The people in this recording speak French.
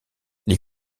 les